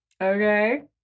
Okay